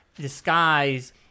disguise